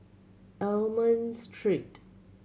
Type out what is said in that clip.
Almond Street